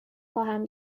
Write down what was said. خواهم